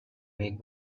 make